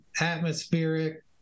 atmospheric